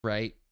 Right